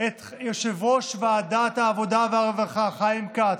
את יושב-ראש ועדת העבודה והרווחה חיים כץ,